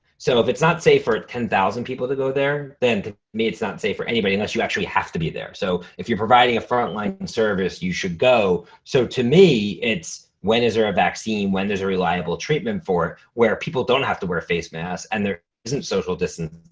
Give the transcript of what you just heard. so if it's not safe for ten thousand people to go then to me it's not safe for anybody unless you actually have to be there. so if you're providing a front line and service, you should go. so to me, it's when is there a vaccine? when there's a reliable treatment for where people don't have to wear a face mask and there isn't social distances